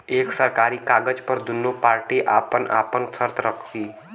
एक सरकारी कागज पर दुन्नो पार्टी आपन आपन सर्त रखी